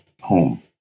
home